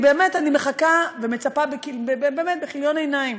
באמת, אני מחכה ומצפה באמת בכיליון עיניים.